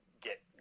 get